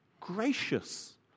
gracious